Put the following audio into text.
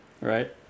Right